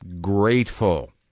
grateful